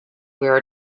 where